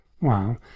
Wow